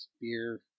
beer